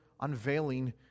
unveiling